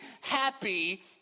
happy